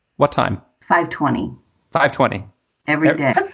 what time? five, twenty five, twenty every day